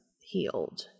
healed